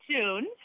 tuned